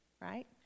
right